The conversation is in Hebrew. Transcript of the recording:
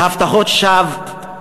בהבטחות שווא,